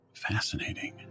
Fascinating